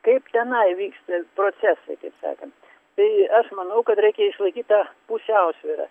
kaip tenai vyksta procesai taip sakant tai aš manau kad reikia išlaikyt tą pusiausvyrą